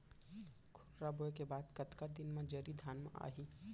खुर्रा बोए के बाद कतका दिन म जरी धान म आही?